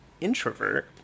introvert